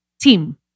team